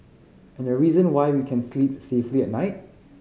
and the reason why we can sleep safely at night